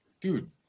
dude